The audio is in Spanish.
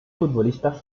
futbolistas